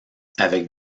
avec